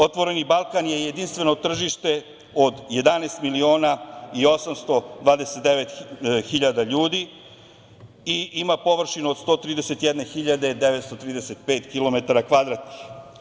Otvoreni Balkan“ je jedinstveno tržište od 11 miliona i 829 hiljada ljudi i ima površinu od 131.935 kilometara kvadratnih.